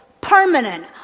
permanent